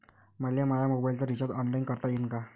मले माया मोबाईलचा रिचार्ज ऑनलाईन करता येईन का?